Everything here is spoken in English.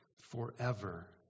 forever